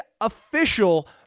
official